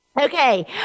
Okay